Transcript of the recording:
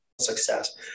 success